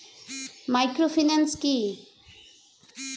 Microfinance কি?